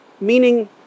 Meaning